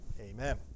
Amen